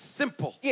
simple